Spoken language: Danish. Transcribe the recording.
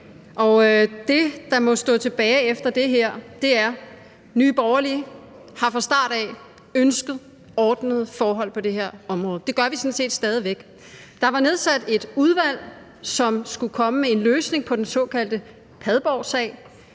Det, der må stå tilbage efter det her, er, at Nye Borgerlige fra start af har ønsket ordnede forhold på det her område. Det gør vi sådan set stadig væk. Der var nedsat et udvalg, som skulle komme med en løsning på den såkaldte Padborgsag.